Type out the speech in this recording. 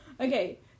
Okay